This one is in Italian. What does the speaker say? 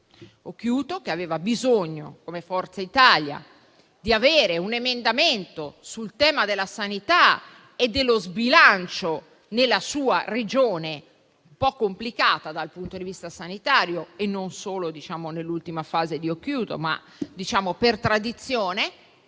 Occhiuto, che aveva bisogno di avere un emendamento di Forza Italia sul tema della sanità e dello sbilancio nella sua Regione un po' complicata dal punto di vista sanitario (e non solo nell'ultima fase di Occhiuto, ma per tradizione),